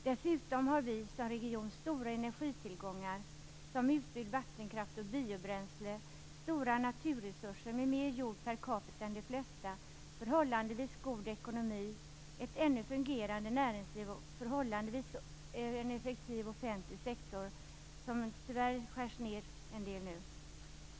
Dessutom har vi som region stora energitillgångar, som utbyggd vattenkraft och biobränsle, stora naturresurser med mer jord per capita än de flesta regioner, förhållandevis god ekonomi, ett ännu fungerande näringsliv och en förhållandevis effektiv offentlig sektor, som tyvärr skärs ner en del nu.